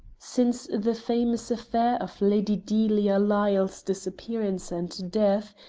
since the famous affair of lady delia lyle's disappearance and death,